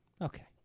Okay